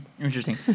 Interesting